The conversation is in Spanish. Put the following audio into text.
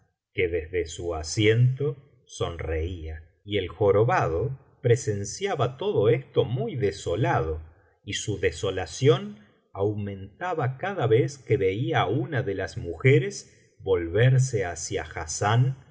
que desde su asiento sonreía y el jorobado presenciaba todo esto muy desolado y su desolación aumentaba cada vez que veía á una de las mujeres volverse hacia hassán